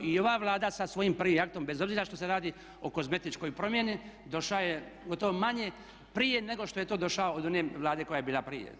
I ova Vlada sa svojim prvim aktom bez obzira što se radi o kozmetičkoj promjeni došao je gotovo manje prije nego što je to došao od one Vlade koja je bila prije.